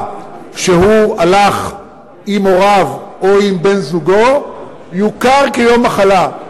שהוא הלך עם הוריו או עם בן-זוגו יוכר כיום מחלה.